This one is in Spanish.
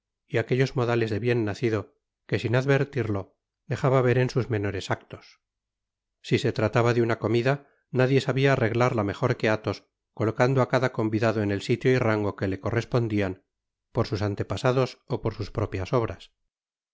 y aquellos modales de bien nacido que sin advertirlo dejaba ver en sus menores actos si se trataba de una comida nadie sabia arreglarla mejor que atbos colocando a cada convidado en el sitio y rango que le correspondian por sus antepasados ó por sus propias obras